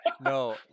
No